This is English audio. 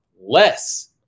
less